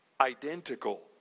identical